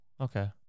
okay